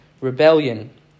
rebellion